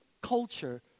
culture